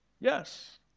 Yes